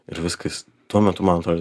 ir viskas tuo metu man atrodė